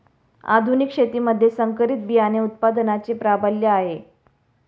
आधुनिक शेतीमध्ये संकरित बियाणे उत्पादनाचे प्राबल्य आहे